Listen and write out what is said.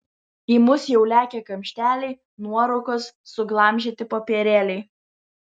į mus jau lekia kamšteliai nuorūkos suglamžyti popierėliai